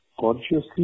consciously